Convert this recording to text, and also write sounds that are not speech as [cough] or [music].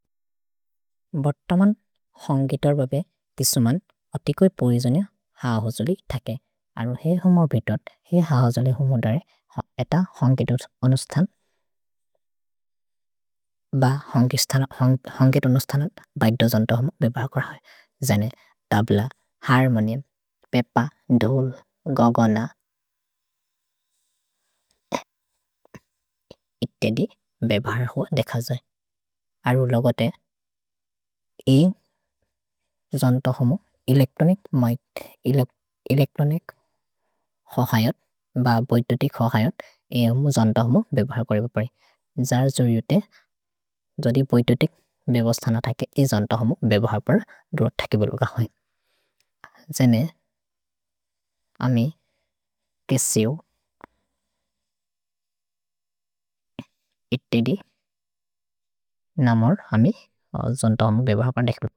भोर्तमन् होन्गितोर् बबे तिसुमन् अतिकोइ पोइजोनिअ हाहोजोलि थके। अरु हे हुमो बितोत्, हे हाहोजोलि हुमो दरे, एत होन्गितोर् अनुस्थन् [hesitation] ब होन्गितोर् अनुस्थनन् बैग्द जन्तो हुमो बेबर् कुर होइ। जने तब्ल, हर्मोनिउम्, पेप, धोल्, गगन, [hesitation] इत्ते दि बेबर् होइ देख जोइ। अरु लोगते, ए जन्तो हुमो एलेक्त्रोनिक् [hesitation] होअहयोन्, ब बितोतिक् होअहयोन्, ए हुमो जन्तो हुमो बेबर् कुर होइ। जर् जोइउते, जोदि बितोतिक् बेबस्थन थके, ए जन्तो हुमो बेबर् पर दुर थके बोलो गहन्। जने, अमे केसेउ, [hesitation] इत्ते दि, न मोर् अमे जन्तो हुमो बेबर् हपन् देख्लो।